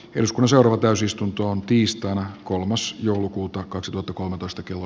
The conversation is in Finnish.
jos kosovo täysistuntoon tiistaina kolmas joulukuuta kaksituhattakolmetoista kello